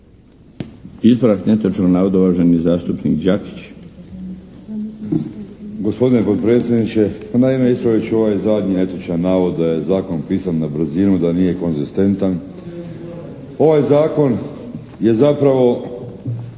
Ispravak netočnog navoda uvaženi zastupnik Đakić.